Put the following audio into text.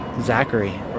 Zachary